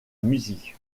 musique